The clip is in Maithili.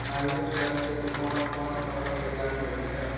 हार्वेस्टर के कोन कोन फसल तैयार होय छै?